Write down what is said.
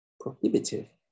prohibitive